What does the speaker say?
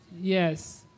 Yes